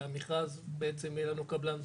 במכרז בעצם יהיה לנו קבלן זוכה,